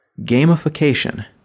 Gamification